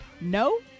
no